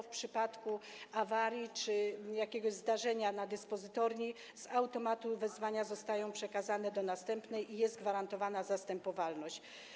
W przypadku awarii czy jakiegoś zdarzenia w dyspozytorni wezwania automatycznie zostają przekazane do następnej i jest gwarantowana zastępowalność.